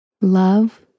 Love